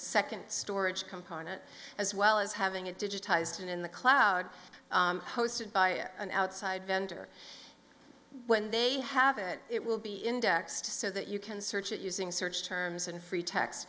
a second storage component as well as having it digitized in the cloud hosted by an outside vendor when they have it it will be indexed so that you can search it using search terms and free tax